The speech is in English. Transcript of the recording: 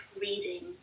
reading